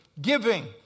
giving